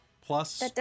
plus